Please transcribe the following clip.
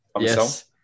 Yes